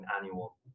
annual